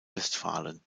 westfalen